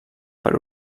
per